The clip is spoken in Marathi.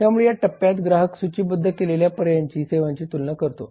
त्यामुळे या टप्प्यात ग्राहक सूचीबद्ध केलेल्या पर्यायांची सेवांची तुलना करतो